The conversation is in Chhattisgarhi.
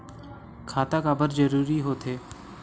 खाता काबर जरूरी हो थे?